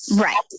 Right